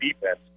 defense